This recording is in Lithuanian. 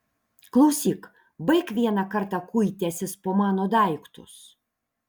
klausyk baik vieną kartą kuitęsis po mano daiktus